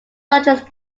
largest